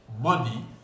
money